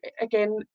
again